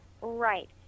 Right